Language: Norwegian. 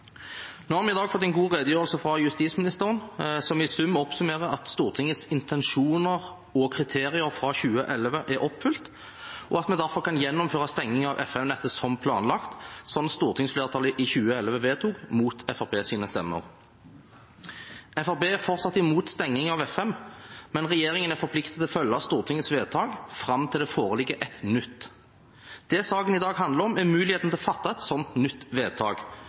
I dag har vi fått en god redegjørelse av justis- og beredskapsministeren, som i sum oppsummerer at Stortingets intensjoner og kriterier fra 2011 er oppfylt, og at vi derfor kan gjennomføre stenging av FM-nettet som planlagt, noe stortingsflertallet vedtok i 2011 mot Fremskrittspartiets stemmer. Fremskrittspartiet er fortsatt imot stenging av FM, men regjeringen er forpliktet til å følge Stortingets vedtak fram til det foreligger et nytt. Det saken i dag handler om, er muligheten for å fatte et nytt slikt vedtak.